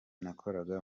nakoraga